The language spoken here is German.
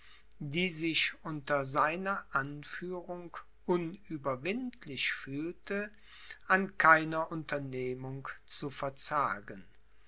die sich unter seiner anführung unüberwindlich fühlte an keiner unternehmung zu verzagen